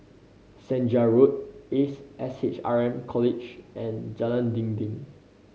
Senja Road Ace S H R M College and Jalan Dinding